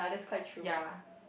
yeah